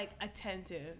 attentive